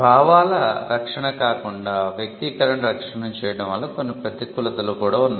భావాల రక్షణ కాకుండా వ్యక్తీకరణ రక్షణ చేయడం వల్ల కొన్ని ప్రతికూలతలు కూడా ఉన్నాయి